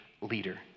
leader